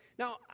Now